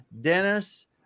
Dennis